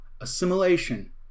assimilation